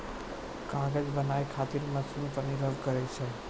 कागज बनाय खातीर मशिन पर निर्भर करै छै